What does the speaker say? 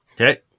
okay